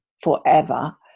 forever